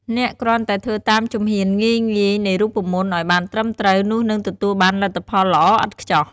អ្នកគ្រាន់តែធ្វើតាមជំហានងាយៗនៃរូបមន្តឱ្យបានត្រឹមត្រូវ នោះនឹងទទួលបានលទ្ធផលល្អឥតខ្ចោះ។